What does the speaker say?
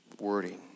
wording